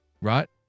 Right